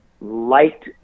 liked